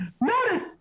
Notice